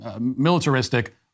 militaristic